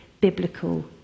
biblical